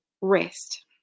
rest